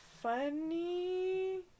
funny